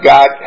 God